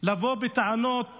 לבוא בטענות